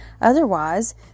Otherwise